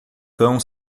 cão